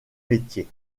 métiers